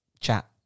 chat